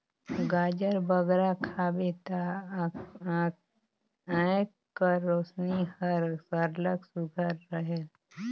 गाजर बगरा खाबे ता आँएख कर रोसनी हर सरलग सुग्घर रहेल